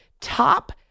Top